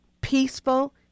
peaceful